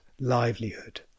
livelihood